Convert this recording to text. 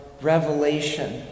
revelation